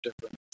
different